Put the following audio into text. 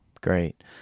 great